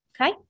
okay